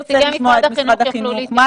המתווה היחיד שבפועל בא לידי ביטוי זה מה